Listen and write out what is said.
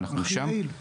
ואנחנו באמת שם.